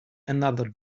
another